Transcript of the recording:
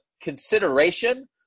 consideration